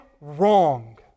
wrong